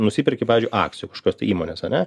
nusiperki pavyzdžiui akcijų kažkokios tai įmonės ane